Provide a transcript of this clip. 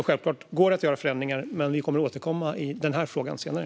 Självklart går det att göra förändringar, och vi kommer att återkomma i den här frågan senare.